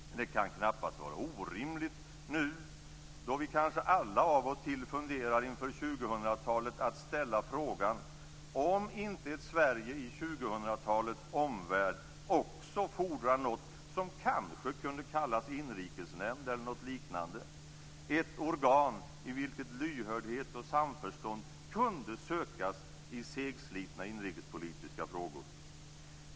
Men det kan knappast vara orimligt, nu då vi kanske alla av och till funderar inför 2000-talet, att ställa frågan om inte ett Sverige i 2000-talets omvärld också fordrar något som kanske kunde kallas inrikesnämnd eller något liknande - ett organ i vilket lyhördhet och samförstånd kunde sökas i segslitna inrikespolitiska frågor.